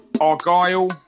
Argyle